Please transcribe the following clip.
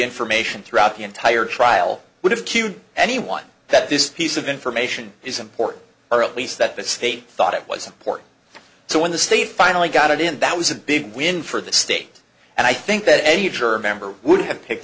information throughout the entire trial would have cued anyone that this piece of information is important or at least that the state thought it was important so when the state finally got it in that was a big win for the state and i think that any german ember would have picked